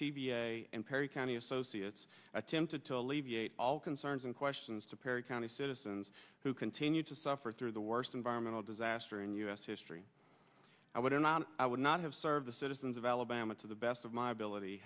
t v and perry county associates attempted to alleviate all concerns and questions to perry county citizens who continue to suffer through the worst environmental disaster in u s history i would not i would not have serve the citizens of alabama to the best of my ability